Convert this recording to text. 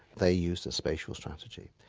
they used a spatial strategy.